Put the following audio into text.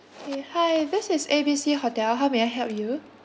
K hi this is A B C hotel how may I help you